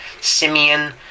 Simeon